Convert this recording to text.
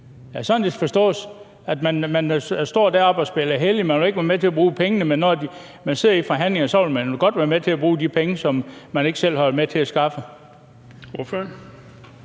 sådan, det skal forstås? Man står heroppe og spiller hellig, og man vil ikke være med til at bruge pengene, men når man sidder i forhandlinger, vil man godt være med til at bruge de penge, som man ikke selv har været med til at skaffe. Kl.